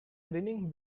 grinning